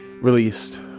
released